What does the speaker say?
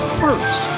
first